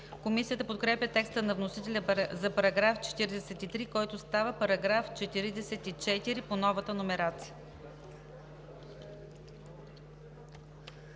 Комисията подкрепя текста на вносителя за § 39, който става параграф, съгласно новата номерация.